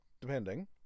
depending